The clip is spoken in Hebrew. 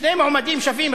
שני מועמדים שווים,